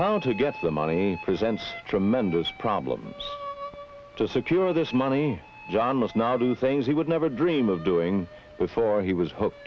how to get the money presents tremendous problems to secure this money john must now do things he would never dream of doing before he was hooked